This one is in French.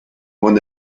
mon